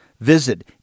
Visit